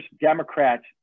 Democrats